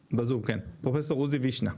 פרופ' עוזי וישנה,